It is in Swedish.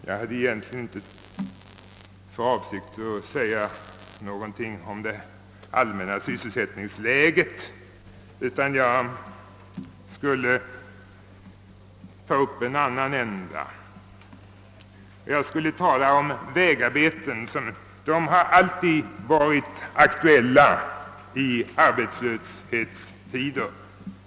Jag hade egentligen inte för avsikt att tala om det allmänna SyS selsättningsläget utan jag ska ta upp en annan ända i problematiken, nämligen vägarbetena. De har alltid blivit aktuella i arbetslöshetstider.